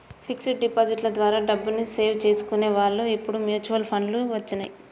fixed డిపాజిట్ల ద్వారా డబ్బుని సేవ్ చేసుకునే వాళ్ళు ఇప్పుడు మ్యూచువల్ ఫండ్లు వచ్చినియ్యి